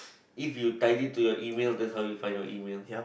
if you tidy to your email that's how you find your email